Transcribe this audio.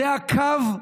זה הקו,